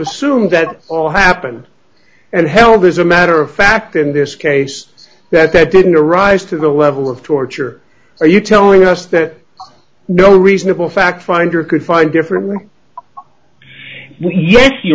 assume that all happen and held is a matter of fact in this case that that didn't arise to the level of torture are you telling us that no reasonable fact finder could find different yes you